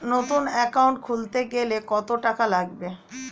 নতুন একাউন্ট খুলতে গেলে কত টাকা লাগবে?